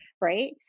right